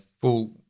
full